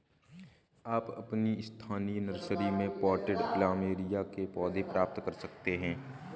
आप अपनी स्थानीय नर्सरी में पॉटेड प्लमेरिया के पौधे प्राप्त कर सकते है